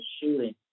shooting